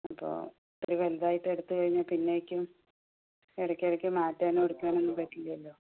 അപ്പോൾ ഇത്തിരി വലുതായിട്ട് എടുത്തു കഴിഞ്ഞാൽ പിന്നേക്കും ഇടക്കിടയ്ക്ക് മാറ്റാനും എടുക്കാനും ഒന്നും പറ്റില്ലല്ലോ